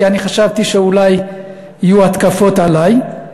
כי אני חשבתי שאולי יהיו התקפות עלי.